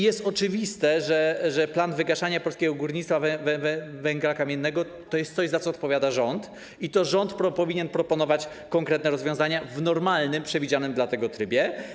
Jest oczywiste, że plan wygaszania polskiego górnictwa węgla kamiennego jest czymś, za co odpowiada rząd, i to rząd powinien proponować konkretne rozwiązania w normalnym, przewidzianym dla tego trybie.